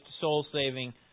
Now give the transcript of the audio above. soul-saving